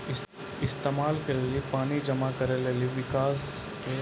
इस्तेमाल के लेली पानी जमा करै लेली वर्षा जल संचयन एगो लाजबाब कोशिश छै